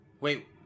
Wait